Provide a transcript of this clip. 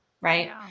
right